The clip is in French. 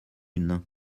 une